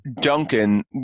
Duncan